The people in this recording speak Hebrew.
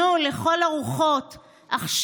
נו, לכל הרוחות / עכשיו,